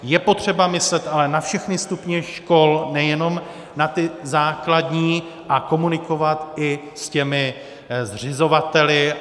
Je potřeba myslet ale na všechny stupně škol, nejenom na ty základní, a komunikovat i s těmi zřizovateli.